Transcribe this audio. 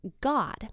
god